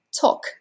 talk